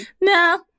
No